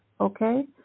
Okay